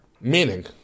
Meaning